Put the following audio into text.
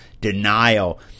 denial